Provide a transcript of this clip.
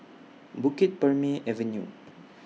Bukit Purmei Avenue